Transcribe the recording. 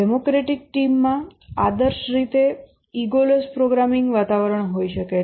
democratic team માં આદર્શ રીતે ઈગૉલેસ પ્રોગ્રામિંગ વાતાવરણ હોઈ શકે છે